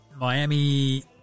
Miami